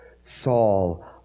Saul